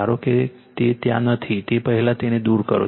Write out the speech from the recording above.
ધારો કે તે ત્યાં નથી તો પહેલા તેને દૂર કરો